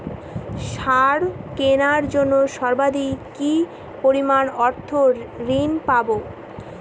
সার কেনার জন্য সর্বাধিক কি পরিমাণ অর্থ ঋণ পাব?